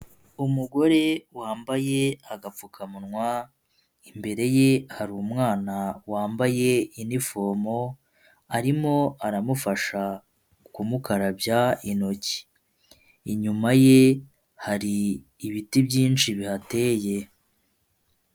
Umugore wambaye agapfukamunwa imbere ye hari umwana wambaye inifomo arimo aramufasha kumukarabya intoki inyuma ye hari ibiti byinshi bihateye.